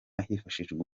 hifashishijwe